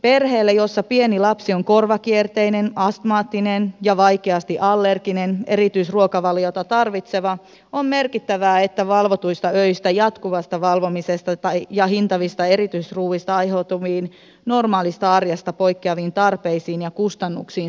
perheelle jossa pieni lapsi on korvakierteinen astmaattinen ja vaikeasti allerginen erityisruokavaliota tarvitseva on merkittävää että valvotuista öistä jatkuvasta valvomisesta ja hintavista erityisruuista aiheutuviin normaalista arjesta poikkeaviin tarpeisiin ja kustannuksiin saadaan tukea